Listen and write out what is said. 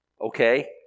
Okay